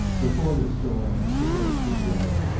reporters saw him, carelessly dressed,